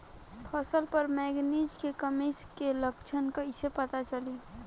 फसल पर मैगनीज के कमी के लक्षण कईसे पता चली?